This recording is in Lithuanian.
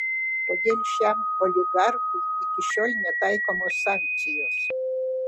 kodėl šiam oligarchui iki šiol netaikomos sankcijos